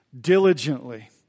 diligently